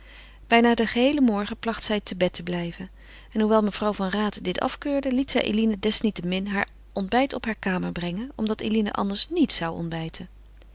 bijna den geheelen morgen placht zij te bed te blijven en hoewel mevrouw van raat dit afkeurde liet zij eline desniettemin haar ontbijt op heure kamer brengen omdat eline anders niet zou ontbijten